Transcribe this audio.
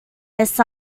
this